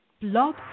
Blog